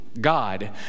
God